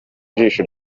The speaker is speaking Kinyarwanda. ijisho